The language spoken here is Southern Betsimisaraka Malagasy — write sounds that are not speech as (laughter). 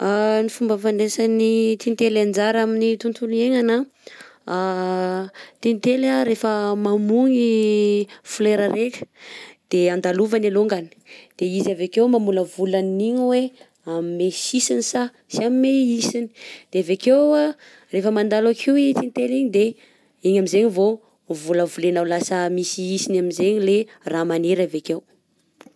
(hesitation) Ny fomba fandresan'ny tintely anjara amin'ny tontolo iegnana, (hesitation) tintely a rehefa mamogny folera reka de andalovany alongany de izy avekeo mamolavola an'igny hoe hagnome tsy hisiny sa tsy hagnome hisiny de avekeo an rehefa mandalo akio tintely igny de igny aminjegny vao volavolena ho lasa misy hisiny aminjegny le raha maniry avekeo.